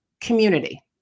community